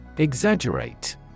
Exaggerate